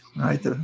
right